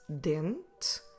dent